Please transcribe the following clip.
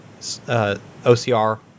OCR